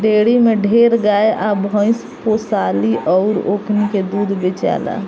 dairy में ढेरे गाय आ भइस पोसाली अउर ओकनी के दूध बेचाला